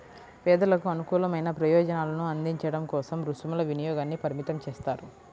పేదలకు అనుకూలమైన ప్రయోజనాలను అందించడం కోసం రుసుముల వినియోగాన్ని పరిమితం చేస్తారు